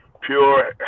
Pure